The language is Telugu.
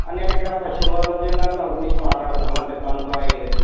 నేను ఇక్కడ పశ్చిమ గోదావరి జిల్లా తణుకు నుంచి మాట్లాడుతున్నాను అంటే తణుకు ఆ ఏరియాలో నుంచి